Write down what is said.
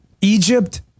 Egypt